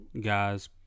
guys